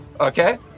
Okay